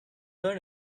learn